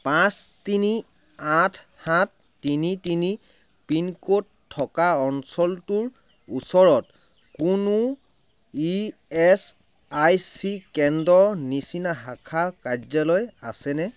পাঁচ তিনি আঠ সাত তিনি তিনি পিনক'ড থকা অঞ্চলটোৰ ওচৰত কোনো ই এছ আই চি কেন্দ্ৰৰ নিচিনা শাখা কাৰ্যালয় আছেনে